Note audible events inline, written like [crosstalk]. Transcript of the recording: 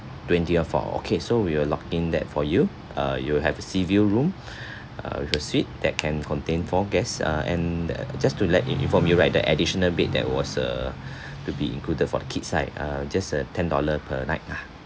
twentieth floor okay so we will lock in that for you uh you will have a sea view room [breath] uh with a suite that can contain four guests uh and just to let in~ inform you right the additional bed that was uh [breath] to be included for the kids right uh just uh ten dollar per night lah